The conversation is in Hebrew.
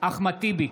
אחמד טיבי,